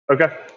Okay